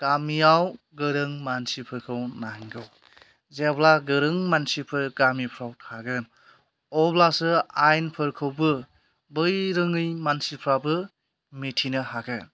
गामियाव गोरों मानसिफोरखौ नांगौ जेब्ला गोरों मानसिफोर गामिफ्राव थागोन अब्लासो आइनफोरखौबो बै रोङै मानसिफ्राबो मिथिनो हागोन